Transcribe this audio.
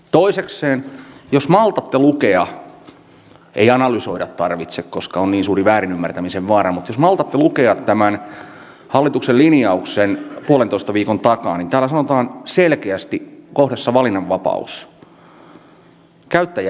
toisekseen jos maltatte lukea ei analysoida tarvitse koska on niin suuri väärin ymmärtämisen vaara tämän hallituksen linjauksen puolentoista viikon takaa niin täällä sanotaan selkeästi kohdassa valinnanvapaus että käyttäjä valitsee itse